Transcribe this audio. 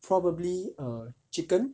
probably err chicken